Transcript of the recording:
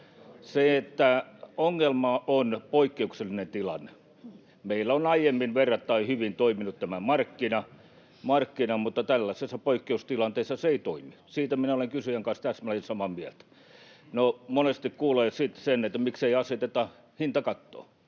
Ongelma on poikkeuksellinen tilanne. Meillä on aiemmin verrattain hyvin toiminut tämä markkina, mutta tällaisessa poikkeustilanteessa se ei toimi. Siitä minä olen kysyjän kanssa täsmälleen samaa mieltä. No, monesti kuulee sitten sen, että miksei aseteta hintakattoa.